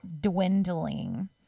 dwindling